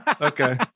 Okay